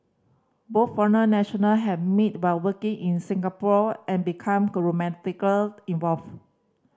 both foreign national had meet by working in Singapore and become involved